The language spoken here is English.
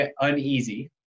uneasy